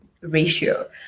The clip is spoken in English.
ratio